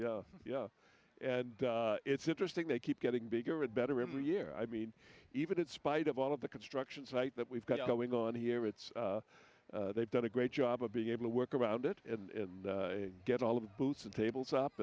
yeah and it's interesting they keep getting bigger and better every year i mean even in spite of all of the construction site that we've got going on here it's they've done a great job of being able to work around it in get all the booths and tables up